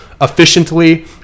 efficiently